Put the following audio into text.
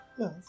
yes